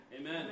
Amen